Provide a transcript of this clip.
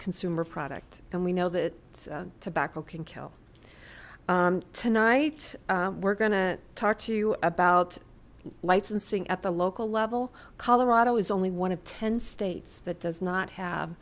consumer product and we know that tobacco can kill tonight we're gonna talk to you about licensing at the local level colorado is only one of ten states that does not have